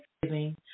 thanksgiving